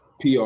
PR